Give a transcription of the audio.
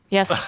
Yes